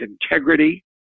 integrity